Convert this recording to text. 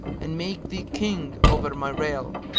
and make thee king over my realm,